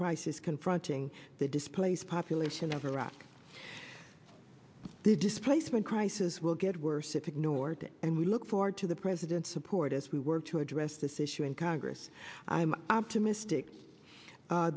crisis confronting the displaced population of iraq the displacement crisis will get worse if ignored and we look forward to the president's support as we work to address this issue in congress i'm optimistic